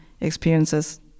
experiences